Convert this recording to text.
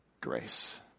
grace